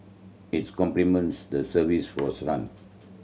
its complements the service was run